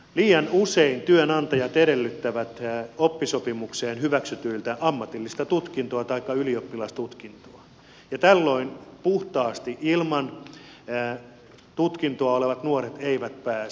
liian usein työnantajat edellyttävät oppisopimukseen hyväksytyiltä ammatillista tutkintoa taikka ylioppilastutkintoa ja tällöin puhtaasti ilman tutkintoa olevat nuoret eivät pääse